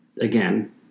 again